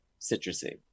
citrusy